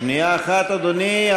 שנייה אחת, אדוני.